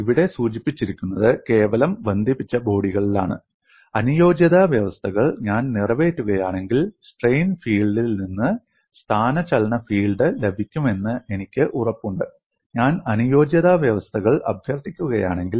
ഇവിടെ സൂചിപ്പിച്ചിരിക്കുന്നത് കേവലം ബന്ധിപ്പിച്ച ബോഡികളിലാണ് അനുയോജ്യത വ്യവസ്ഥകൾ ഞാൻ നിറവേറ്റുകയാണെങ്കിൽ സ്ട്രെയിൻ ഫീൽഡിൽ നിന്ന് സ്ഥാനചലന ഫീൽഡ് ലഭിക്കുമെന്ന് എനിക്ക് ഉറപ്പുണ്ട് ഞാൻ അനുയോജ്യത വ്യവസ്ഥകൾ അഭ്യർത്ഥിക്കുകയാണെങ്കിൽ